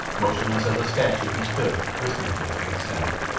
motionless as a statue he stood listening to the faint sound.